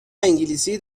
انگلیسی